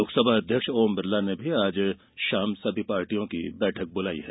लोकसभा अध्यक्ष ओम बिरला ने भी आज शाम सभी पार्टियों की बैठक बुलाई है